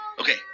Okay